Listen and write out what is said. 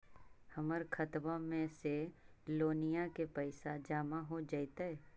हमर खातबा में से लोनिया के पैसा जामा हो जैतय?